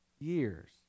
years